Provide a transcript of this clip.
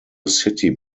city